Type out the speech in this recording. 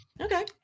Okay